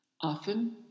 Often